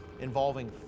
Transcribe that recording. involving